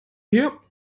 hier